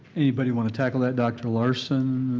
anybody want to tackle that? dr. larson,